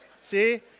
see